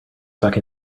stuck